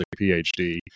phd